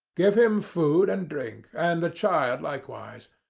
give him food and drink, and the child likewise.